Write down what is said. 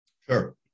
Sure